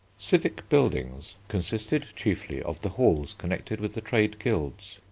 civic buildings consisted chiefly of the halls connected with the trade guilds.